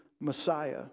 Messiah